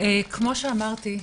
כמו שאמרתי,